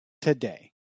today